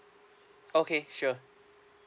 okay sure